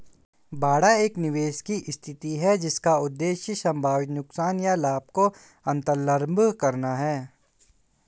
बाड़ा एक निवेश की स्थिति है जिसका उद्देश्य संभावित नुकसान या लाभ को अन्तर्लम्ब करना है